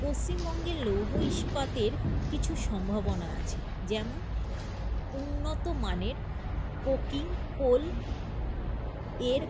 পশ্চিমবঙ্গে লৌহ ইস্পাতের কিছু সম্ভাবনা আছে যেমন উন্নত মানের কোকিং কোলের